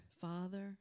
Father